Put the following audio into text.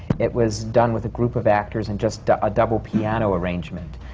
it was done with a group of actors and just a double piano arrangement.